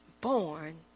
born